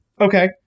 Okay